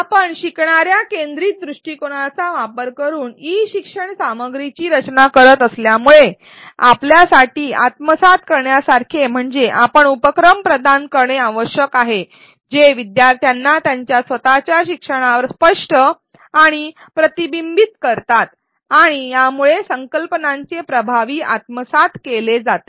आपण शिकणार्या केंद्रित दृष्टिकोनाचा वापर करून ई शिक्षण सामग्रीची रचना करत असल्यामुळे आपल्यासाठी आत्मसात करण्यासारखे म्हणजे आपण उपक्रम प्रदान करणे आवश्यक आहे जे शिकणाऱ्यांना त्यांच्या स्वतच्या शिक्षणावर स्पष्ट आणि प्रतिबिंबित करतात आणि यामुळे संकल्पनांचे प्रभावी आत्मसात केले जाते